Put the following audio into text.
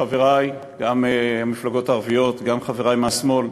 לחברי, גם מהמפלגות הערביות, גם חברי מהשמאל,